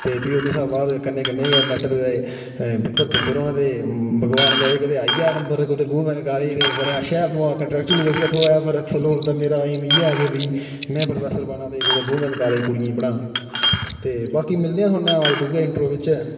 ते भी ओह्दे शा बाद कन्नै कन्नै गै नेट दा पेपर दिंदे रौह्ना ते भगवान करै कदें आई जा नंबर कुदै वूमेन कॉलेज़ ते बड़ा अच्छा ऐ बाक़ी कांट्रेक्चुअल बेस गै थ्होऐ पर शुरू तो ते मेरा ऐम इ'यै कि भई में प्रोफेसर बनांऽ ते कुदै वूमेन कॉलेज़ कुड़ियें ई पढ़ांऽ ते बाकी मिलदे आं थुआढ़े नै दूऐ इंट्रो बिच